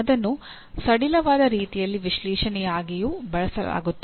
ಅದನ್ನು ಸಡಿಲವಾದ ರೀತಿಯಲ್ಲಿ ವಿಶ್ಲೇಷಣೆಯಾಗಿಯೂ ಬಳಸಲಾಗುತ್ತದೆ